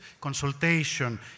consultation